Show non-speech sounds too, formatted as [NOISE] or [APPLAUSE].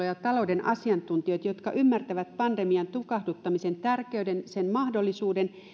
[UNINTELLIGIBLE] ja talouden asiantuntijoita jotka ymmärtävät pandemian tukahduttamisen tärkeyden sen mahdollisuuden